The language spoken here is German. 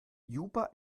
juba